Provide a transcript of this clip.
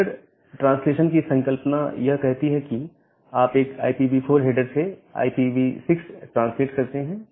header translation की संकल्पना यह कहती है कि आप एक IPv4 हेडर से IPv6 ट्रांसलेट करते हैं